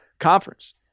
conference